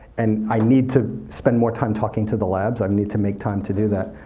and i need to spend more time talking to the labs. i need to make time to do that.